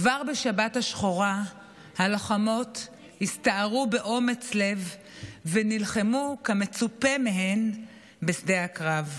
כבר בשבת השחורה הלוחמות הסתערו באומץ לב ונלחמו כמצופה מהן בשדה הקרב.